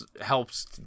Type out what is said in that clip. helps